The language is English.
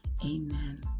Amen